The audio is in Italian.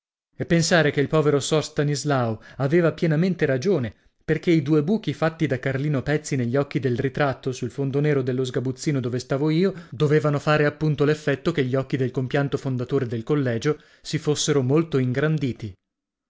e pensare che il povero sor stanislao aveva pienamente ragione perché i due buchi fatti da carlino pezzi negli occhi del ritratto sul fondo nero dello sgabuzzino dove stavo io dovevano fare appunto l'effetto che gli occhi del compianto fondatore del collegio si fossero molto ingranditi